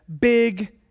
big